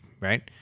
right